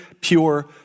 pure